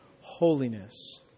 holiness